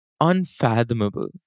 unfathomable